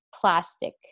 plastic